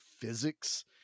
physics